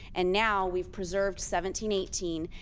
and now we've preserved seventeen eighteen.